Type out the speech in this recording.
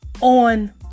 on